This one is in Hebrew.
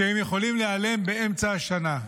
כי הם יכולים להיעלם באמצע השנה.